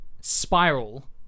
spiral